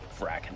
fracking